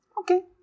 Okay